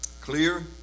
clear